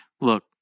look